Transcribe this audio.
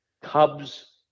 Cubs